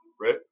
right